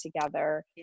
together